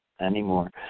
anymore